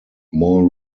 more